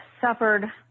suffered –